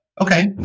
okay